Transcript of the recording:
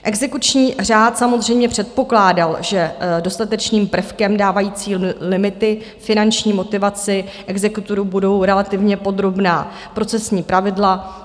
Exekuční řád samozřejmě předpokládal, že dostatečným prvkem dávajícím limity finanční motivaci exekutorů budou relativně podrobná procesní pravidla.